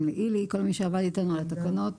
גם לאילי ולכל מי שעבד איתנו על התקנות.